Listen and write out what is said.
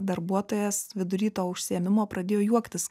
darbuotojas vidury to užsiėmimo pradėjo juoktis